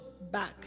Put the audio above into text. back